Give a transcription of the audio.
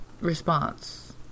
response